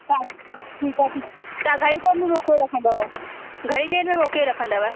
ठीकु आहे ठीकु तव्हां घणे ताईं मोकिले रखंदव घणी देरि में मोकले रखंदव